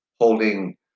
holding